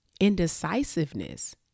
indecisiveness